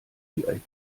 die